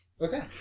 Okay